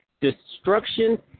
destruction